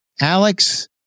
Alex